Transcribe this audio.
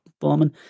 bombing